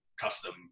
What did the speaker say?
custom